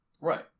Right